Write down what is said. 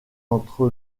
entre